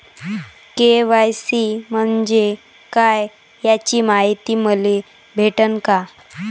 KYC म्हंजे काय याची मायती मले भेटन का?